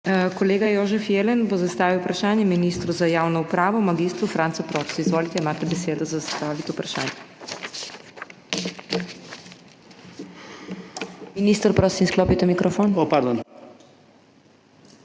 Kolega Jožef Jelen bo zastavil vprašanje ministru za javno upravo mag. Francu Propsu. Izvolite, imate besedo za zastavitev vprašanja. Minister, prosim, izklopite mikrofon. JOŽEF